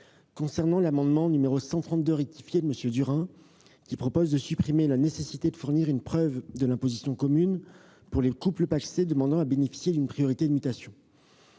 Avec son amendement n° 132 rectifié , M. Durain propose de supprimer la nécessité de fournir une preuve de l'imposition commune pour les couples pacsés demandant à bénéficier d'une priorité de mutation.